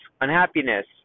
unhappiness